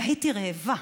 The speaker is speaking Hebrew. והייתי רעבה,